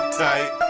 tight